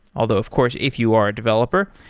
although of course if you are a developer,